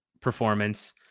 performance